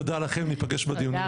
תודה לכם, נפגש בדיונים הבאים.